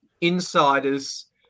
insiders